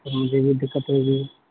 پھر مجھے بھی دقت ہوئے گی